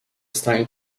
style